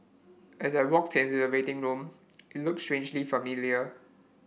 as I walked into the waiting room it looked strangely familiar